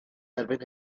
erbyn